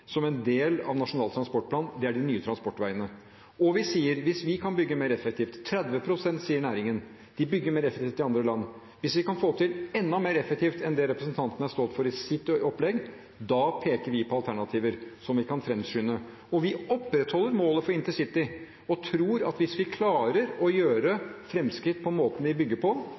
som en del av Nasjonal transportplan. Det er de nye transportveiene. Og vi sier: Hvis vi kan bygge mer effektivt – 30 pst. sier næringen, de bygger mer effektivt i andre land – hvis vi kan få til dette enda mer effektivt enn det representanten er stolt av i sitt opplegg, da peker vi på alternativer som vi kan framskynde. Og vi opprettholder målet for InterCity og tror at hvis vi klarer å gjøre framskritt i måten vi bygger på,